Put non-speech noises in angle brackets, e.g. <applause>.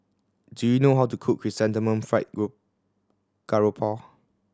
do you know how to cook chrysanthemum fried <unintelligible> garoupa